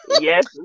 yes